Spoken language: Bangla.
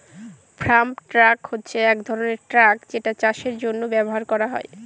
ফার্ম ট্রাক হচ্ছে এক ধরনের ট্র্যাক যেটা চাষের জন্য ব্যবহার করা হয়